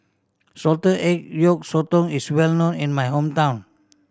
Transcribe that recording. salted egg yolk sotong is well known in my hometown